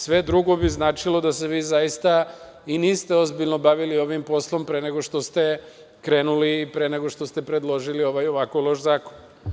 Sve drugo bi značilo da se vi zaista i niste ozbiljno bavili ovim poslom pre nego ste krenuli, pre nego što ste predložili ovako loš zakon.